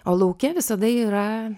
o lauke visada yra